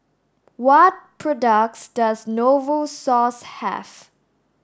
what products does Novosource have